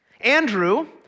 Andrew